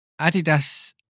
Adidas